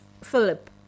Philip